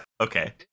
Okay